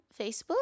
Facebook